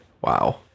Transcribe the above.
Wow